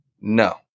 No